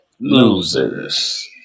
Losers